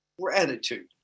gratitude